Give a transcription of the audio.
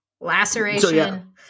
Laceration